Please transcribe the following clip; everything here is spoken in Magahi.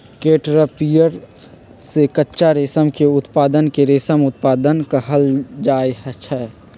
कैटरपिलर से कच्चा रेशम के उत्पादन के रेशम उत्पादन कहल जाई छई